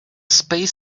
space